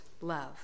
love